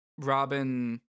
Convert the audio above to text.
Robin